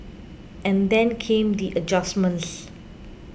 and then came the adjustments